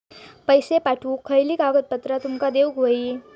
पैशे पाठवुक खयली कागदपत्रा तुमका देऊक व्हयी?